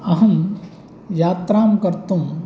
अहं यात्रां कर्तुं